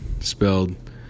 spelled